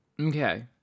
Okay